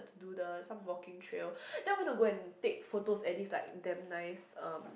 to do the some walking trail then I went to go and take photos at this like damn nice um